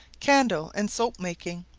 candle and soap making,